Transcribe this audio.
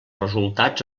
resultats